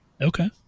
Okay